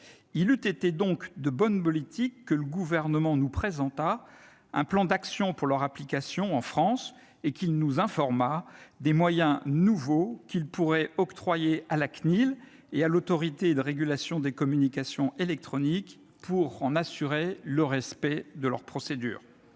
il eût été de bonne politique que le Gouvernement nous présentât un plan d'action pour leur application en France et qu'il nous informât des moyens nouveaux qu'il pourrait octroyer à l'Arcom et à l'Autorité de régulation des communications électroniques, des postes et de la distribution